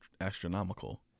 astronomical